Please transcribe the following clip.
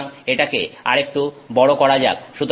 সুতরাং এটাকে আরেকটু বড় করা যাক